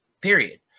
Period